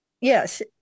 Yes